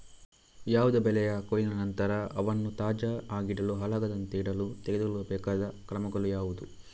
ಯಾವುದೇ ಬೆಳೆಯ ಕೊಯ್ಲಿನ ನಂತರ ಅವನ್ನು ತಾಜಾ ಆಗಿಡಲು, ಹಾಳಾಗದಂತೆ ಇಡಲು ತೆಗೆದುಕೊಳ್ಳಬೇಕಾದ ಕ್ರಮಗಳು ಯಾವುವು?